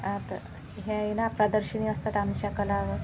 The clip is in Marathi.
आता हे आहे ना प्रदर्शन असतात आमच्या कला